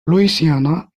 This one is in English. louisiana